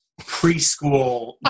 preschool